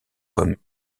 comme